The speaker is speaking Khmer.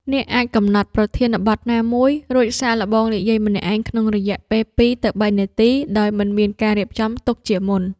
អ្នកអាចកំណត់ប្រធានបទណាមួយ រួចសាកល្បងនិយាយម្នាក់ឯងក្នុងរយៈពេល ២ ទៅ ៣ នាទី ដោយមិនមានការរៀបចំទុកជាមុន។